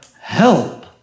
help